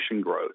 growth